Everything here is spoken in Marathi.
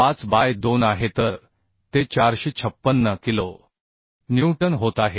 5 बाय 2 आहे तर ते 456 किलो न्यूटन होत आहे